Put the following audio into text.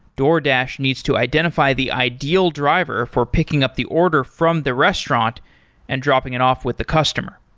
doordash needs to identify the ideal driver for picking up the order from the restaurant and dropping it off with the customer.